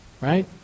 Right